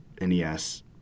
NES